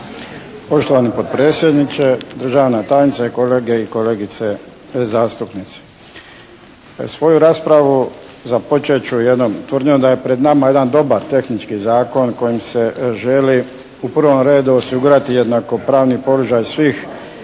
Poštovani potpredsjedniče, državna tajnice, kolege i kolegice zastupnici! Svoju raspravu započet ću jednom tvrdnjom da je pred nama jedan dobar tehnički zakon kojim se želi u prvom redu osigurati jednako pravni položaj svih